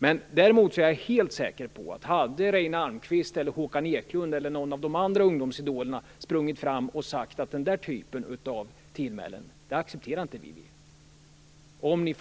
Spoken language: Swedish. finns. Däremot är jag helt säker på att hade Reine Almqvist eller Håkan Eklund eller någon av de andra ungdomsidolerna sprungit fram och sagt: "Den där typen av tillmälen accepterar inte vi.